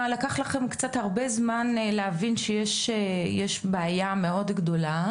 רציתי להגיד שבישיבה הקודמת היה מן תחושה כזו של בדיוק לא ידענו,